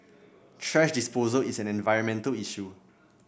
thrash disposal is an environmental issue